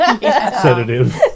Sedative